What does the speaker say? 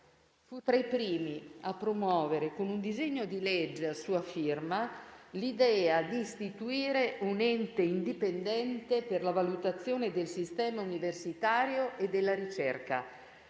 Fu tra i primi a promuovere, con un disegno di legge a sua firma, l'idea di istituire un ente indipendente per la valutazione del sistema universitario e della ricerca;